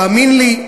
תאמין לי,